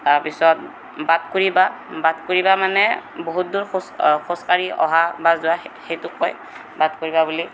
তাৰ পিছত বাট কুৰি বা বাট কুৰি বা মানে বহুত দুৰ খোজ খোজকাঢ়ি অহা বা যোৱা সেই সেইটোক কয় বাট কুৰি বা বুলি